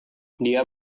dia